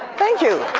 thank you!